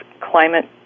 Climate